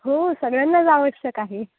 हो सगळ्यांनाच आवश्यक आहे